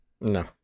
No